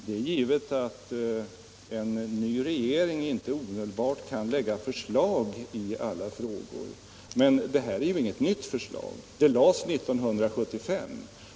Herr talman! Det är givet att en ny regering inte omedelbart kan lägga förslag i alla frågor, men det här är inget nytt förslag — det lades 1975.